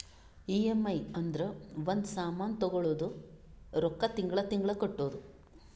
EMI ಅಂದುರ್ ಒಂದ್ ಸಾಮಾನ್ ತಗೊಳದು ರೊಕ್ಕಾ ತಿಂಗಳಾ ತಿಂಗಳಾ ಕಟ್ಟದು